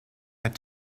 had